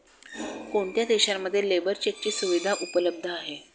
कोणत्या देशांमध्ये लेबर चेकची सुविधा उपलब्ध आहे?